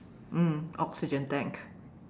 mm oxygen tank